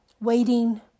Waiting